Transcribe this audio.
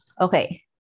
Okay